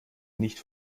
nicht